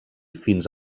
fins